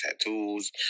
tattoos